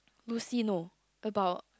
Lucy no about